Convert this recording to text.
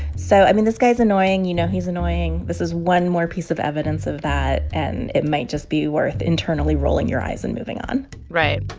so, i mean, this guy's annoying. you know he's annoying. this is one more piece of evidence of that. and it might just be worth internally rolling your eyes and moving on right.